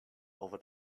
over